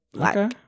Okay